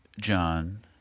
John